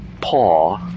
paw